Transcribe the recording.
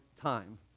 time